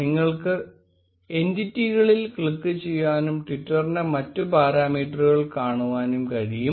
നിങ്ങൾക്ക് എന്റിറ്റികളിൽ ക്ലിക്കു ചെയ്യാനും ട്വീറ്റിന്റെ മറ്റ് പാരാമീറ്ററുകൾ കാണുവാനും കഴിയും